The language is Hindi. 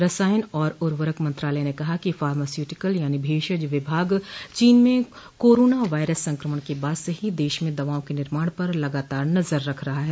रसायन और उर्वरक मंत्रालय ने कहा कि फार्मास्युटिकल यानी भेषज विभाग चीन में कोरोना वायरस संक्रमण के बाद से ही देश में दवाओं के निर्माण पर लगातार नजर रख रहा है